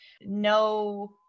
No